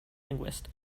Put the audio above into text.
linguist